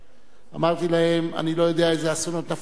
אמרתי להם: אני לא יודע אילו אסונות נפלו על עמכם,